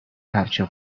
همچین